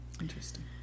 interesting